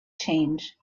change